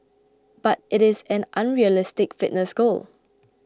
but it is an unrealistic fitness goal